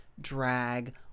drag